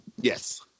Yes